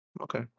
Okay